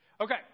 Okay